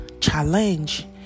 challenge